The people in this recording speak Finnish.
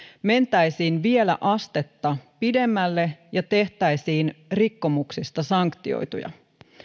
mentäisiin vielä astetta pidemmälle ja tehtäisiin rikkomuksista sanktioituja